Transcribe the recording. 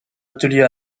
atelier